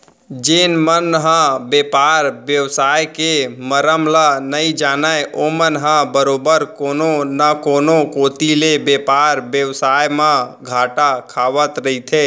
जेन मन ह बेपार बेवसाय के मरम ल नइ जानय ओमन ह बरोबर कोनो न कोनो कोती ले बेपार बेवसाय म घाटा खावत रहिथे